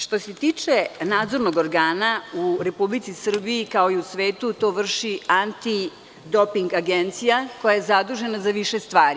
Što se tiče nadzornog organa, u RS, kao i u svetu, to vrši Antidoping agencija koja je zadužena za više stvari.